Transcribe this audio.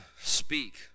speak